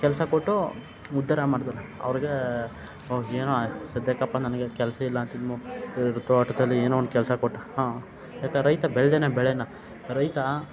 ಕೆಲಸ ಕೊಟ್ಟು ಉದ್ಧಾರ ಮಾಡ್ತಾರೆ ಅವ್ರಿಗೆ ಅವ್ರಿಗೇನೋ ಸದ್ಯಕಪ್ಪ ನನಗೆ ಕೆಲಸ ಇಲ್ಲ ಅಂತ ಇದ್ದನು ಇವ್ರ ತೋಟದಲ್ಲಿ ಏನೋ ಒಂದು ಕೆಲಸ ಕೊಟ್ಟ ಹಾ ಯಾಕೆ ರೈತ ಬೆಳೆದಾನ ಬೆಳೆನಾ ರೈತ